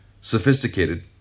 sophisticated